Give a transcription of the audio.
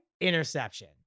interception